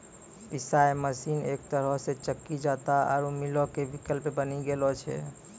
पिशाय मशीन एक तरहो से चक्की जांता आरु मीलो के विकल्प बनी गेलो छै